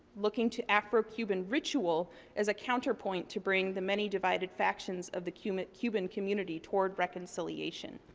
looking to afro-cuban ritual as a counterpoint to bring the many divided factions of the cuban cuban community toward reconciliation.